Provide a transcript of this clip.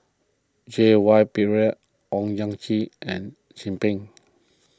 J Y Pillay Owyang Chi and Chin Peng